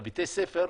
לבתי הספר,